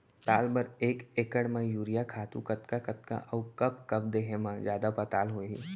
पताल बर एक एकड़ म यूरिया खातू कतका कतका अऊ कब कब देहे म जादा पताल होही?